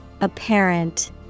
Apparent